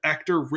Actor